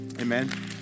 Amen